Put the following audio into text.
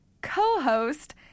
co-host